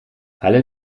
alle